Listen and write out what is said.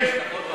שני שרים יש?